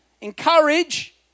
Encourage